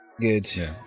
Good